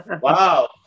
Wow